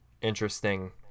interesting